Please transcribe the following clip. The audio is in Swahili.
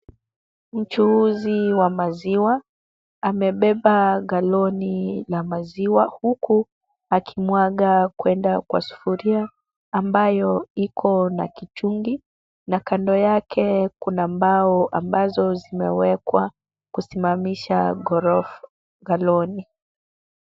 Mchuuzi wa maziwa amebeba ngaloni ya maziwa huku akimwaga kwenda kwa sufuria ambayo iko na kichungi na kando yake kuna mbao ambazo zimewekwa kusimamisha ngaloni.